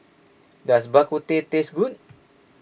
does Bak Kut Teh taste good